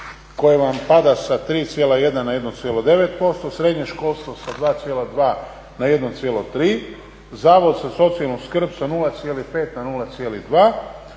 koje vam pada sa 3,1 na 1,9%, srednje školstvo sa 2,2 na 1,3%, Zavod za socijalnu skrb sa 0,5 na 0,2%,